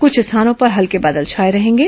कुछ स्थानों पर हल्के बादल छाए रहेंगे